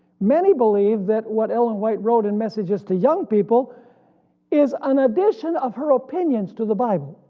many believe that what ellen white wrote in messages to young people is an addition of her opinions to the bible,